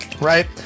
right